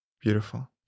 Beautiful